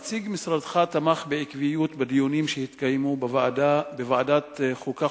בדיונים שהתקיימו בוועדת החוקה,